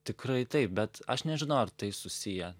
tikrai taip bet aš nežinau ar tai susiję